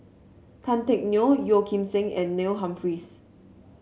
Tan Teck Neo Yeo Kim Seng and Neil Humphreys